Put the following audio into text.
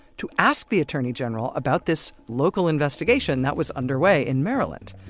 to ask the attorney general about this local investigation that was underway in maryland.